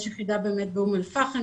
יש יחידה באום אל-פאחם,